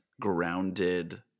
grounded